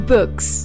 Books